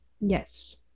Yes